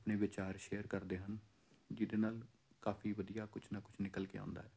ਆਪਣੇ ਵਿਚਾਰ ਸ਼ੇਅਰ ਕਰਦੇ ਹਨ ਜਿਹਦੇ ਨਾਲ ਕਾਫ਼ੀ ਵਧੀਆ ਕੁਛ ਨਾ ਕੁਛ ਨਿਕਲ ਕੇ ਆਉਂਦਾ ਹੈ